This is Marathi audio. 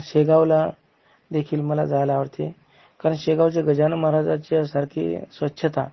शेगांवला देखील मला जायला आवडते कारण शेगांवचे गजानन महाराजाच्या सारखे स्वच्छता